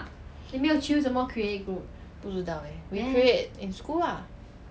不知道 eh we create in school ah